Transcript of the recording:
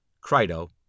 Crito